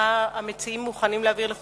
המציעים מוכנים להעביר?